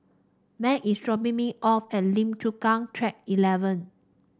Meg is dropping me off at Lim Chu Kang Track Eleven